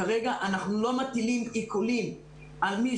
כרגע אנחנו לא מטילים עיקולים על מי